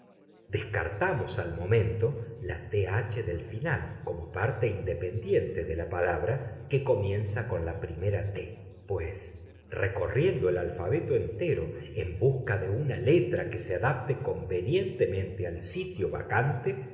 descartamos al momento la th del final como parte independiente de la palabra que comienza con la primera t pues recorriendo el alfabeto entero en busca de una letra que se adapte convenientemente al sitio vacante